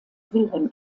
wilhelm